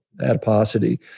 adiposity